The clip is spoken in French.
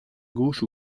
gauche